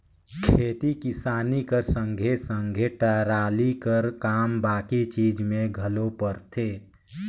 खेती किसानी कर संघे सघे टराली कर काम बाकी चीज मे घलो परथे